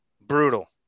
Brutal